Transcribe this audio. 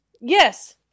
yes